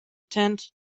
tent